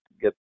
get